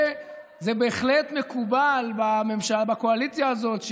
זה בהחלט מקובל בקואליציה הזאת,